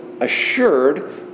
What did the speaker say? assured